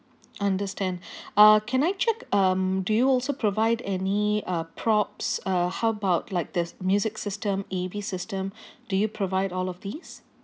understand uh can I check um do you also provide any uh props uh how about like the music system A_V system do you provide all of these